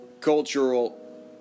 cultural